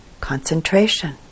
concentration